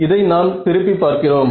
இதை நாம் திருப்பி பார்க்கிறோம்